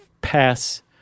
pass